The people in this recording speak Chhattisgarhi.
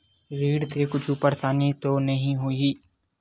ऋण से कुछु परेशानी तो नहीं होही?